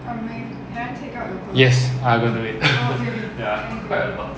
yes I will do it